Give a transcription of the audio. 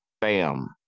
bam